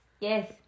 Yes